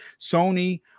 Sony